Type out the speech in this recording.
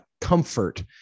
comfort